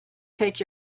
take